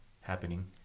happening